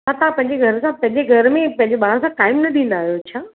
छा तव्हां पंहिंजे घर जा पंहिंजे घर में पंहिंजे ॿार सां टाइम न ॾींदा आहियो छा